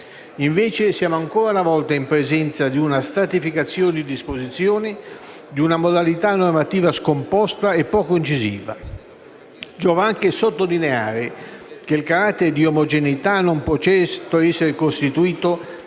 Invece, siamo, ancora una volta, in presenza di una stratificazione di disposizioni, di una modalità normativa scomposta e poco incisiva. Giova anche sottolineare che il carattere di omogeneità non può certo essere costituito dalla